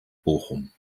bochum